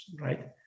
right